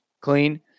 clean